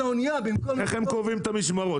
איך הם קובעים את המשמרות?